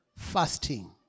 fasting